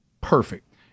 perfect